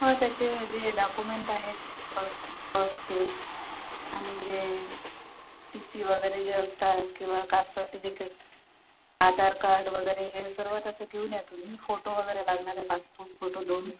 हो त्याचे जे डॉक्युमेंट आहेत जे फर्स्ट फर्स्टचे आणि जे टी सी वगैरे जे असतात किंवा कास्ट सर्टिफिकेट आधार कार्ड वगैरे हे सर्व त्याचं घेऊन या तुम्ही फोटो वगैरे लागणार आहे पासपोर्ट फोटो दोन